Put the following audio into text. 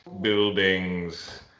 buildings